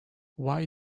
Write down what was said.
why